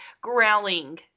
growling